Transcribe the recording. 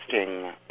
interesting